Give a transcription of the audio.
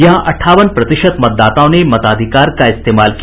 यहां अंठावन प्रतिशत मतदाताओं ने मताधिकार का इस्तेमाल किया